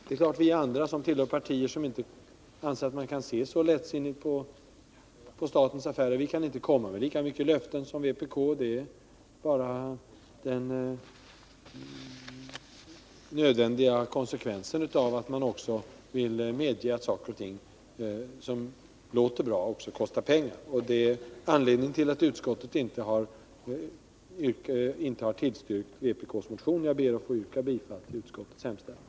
Det är klart att vi andra, som tillhör partier som inte anser att man kan se så lättsinnigt på statens affärer, inte kan komma med lika mycket löften som vpk. Det är bara den nödvändiga följden av att man medger att saker och ting som låter bra också kostar pengar. Det är anledningen till att utskottet inte har tillstyrkt vpk:s motion. Jag ber att få yrka bifall till utskottets hemställan.